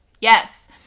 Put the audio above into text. yes